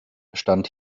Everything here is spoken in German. stand